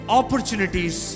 opportunities